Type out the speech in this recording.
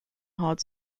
hard